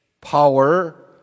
power